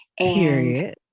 Period